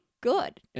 good